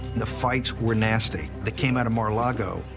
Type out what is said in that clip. the fights were nasty that came out of mar-a-lago.